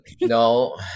No